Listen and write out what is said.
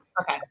Okay